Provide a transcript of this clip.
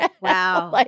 Wow